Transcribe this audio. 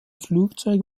flugzeug